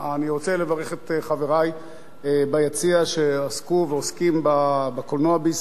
אני רוצה לברך את חברי ביציע שעסקו ועוסקים בקולנוע בישראל,